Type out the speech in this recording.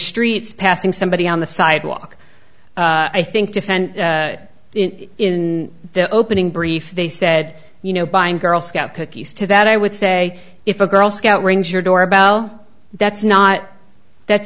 streets passing somebody on the sidewalk i think defend in their opening brief they said you know buying girl scout cookies to that i would say if a girl scout rings your door about well that's not that's